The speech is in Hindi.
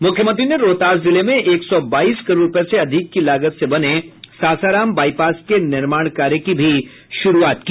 मुख्यमंत्री ने रोहतास जिले में एक सौ बाईस करोड़ रुपये से अधिक की लागत से बने सासाराम बाईपास के निर्माण कार्य की भी शुरूआत की